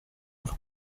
mpfa